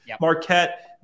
Marquette